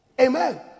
Amen